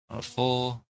Four